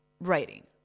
writing